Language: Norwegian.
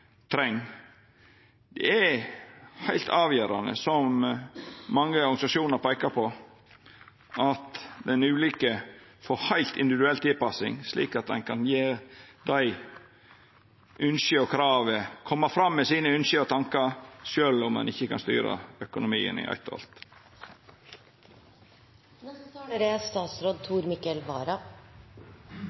treng. Det er heilt avgjerande, som mange organisasjonar peikar på, at den enkelte får individuell tilpassing, slik at ein kan koma fram med ynska og tankane sine, sjølv om ein ikkje kan styra økonomien i eitt